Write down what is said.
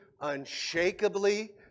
unshakably